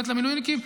למילואימניקים.